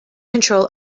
control